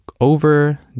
over